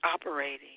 operating